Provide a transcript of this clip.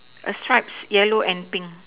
a stripes yellow and pink